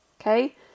okay